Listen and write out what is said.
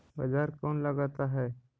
बाजार कौन लगाता है?